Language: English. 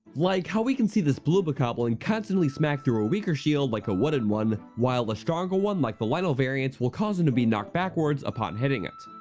like how we can see this blue bokoblin constantly smack through a weaker shield like a wooden one, while a stronger one like the lynel variant will cause him to be knocked backwards upon hitting it.